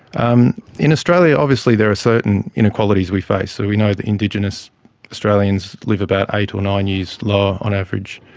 um in australia obviously there are certain inequalities we face, so we know that indigenous australians live about eight or nine years lower on average